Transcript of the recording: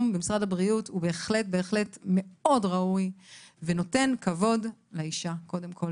בהחלט מאוד ראוי ונותן כבוד לאישה קודם כל,